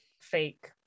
fake